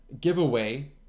giveaway